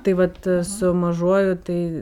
tai vat e su mažuoju tai